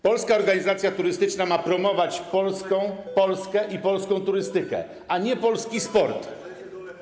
Polska Organizacja Turystyczna ma promować Polskę i polską turystykę, a nie polski sport.